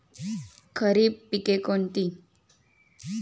खरीप पिके कोणती?